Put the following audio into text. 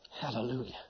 Hallelujah